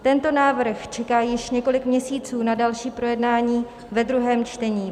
Tento návrh čeká již několik měsíců na další projednání ve druhém čtení.